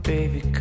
Baby